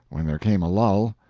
when there came a lull,